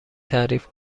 تعریف